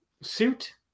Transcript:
Suit